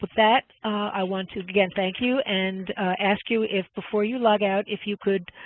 but that i want to again thank you and ask you if before you log out if you could